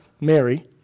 Mary